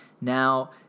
Now